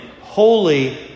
holy